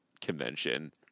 Convention